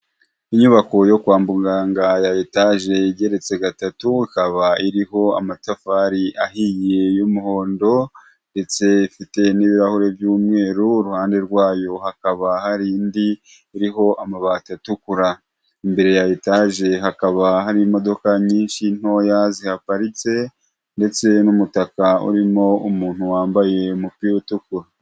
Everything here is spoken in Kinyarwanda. Inyubako yo kwa muganga ya etage igeretse gatatu ikaba iriho amatafari ahiye y'umuhondo , ndetse ifite n'ibirahuri by'umweru , iruhande rwayo hakaba hari indi iriho amabati atukura , imbere ya etage hakaba hari imodoka nyinshi ntoya zihaparitse ndetse n'umutaka urimo umuntu wambaye umupira utukura.